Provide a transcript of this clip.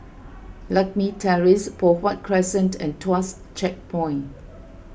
Lakme Terrace Poh Huat Crescent and Tuas Checkpoint